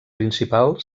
principal